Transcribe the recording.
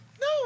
No